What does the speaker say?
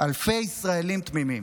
אלפי ישראלים תמימים.